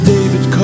David